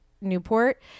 newport